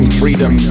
freedom